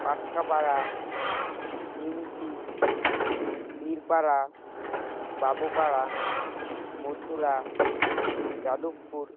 Patkapara Nimti Birpara Babupara Mathura Jadavpur